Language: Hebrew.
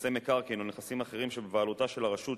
נכסי מקרקעין או נכסים אחרים שבבעלותה של הרשות,